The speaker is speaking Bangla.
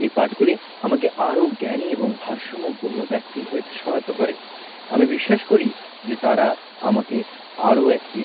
এই পাঠগুলি আমাকে আরও জ্ঞানী এবং ভারসাম্যপূর্ণ ব্যক্তি হতে সহায়তা করে আমি বিশ্বাস করি যে তারা আমাকে আরও একটি